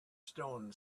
stone